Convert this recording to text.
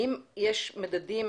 האם יש מדדים